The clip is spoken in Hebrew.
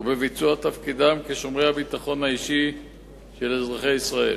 ובביצוע תפקידם כשומרי הביטחון האישי של אזרחי ישראל.